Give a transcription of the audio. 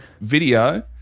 video